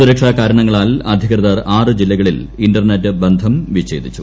സുരക്ഷാകാരണങ്ങളാൽ അധികൃതർ ആറ് ജില്ലകളിൽ ഇൻ്റർനെറ്റ് ബന്ധം വിച്ഛേദിച്ചു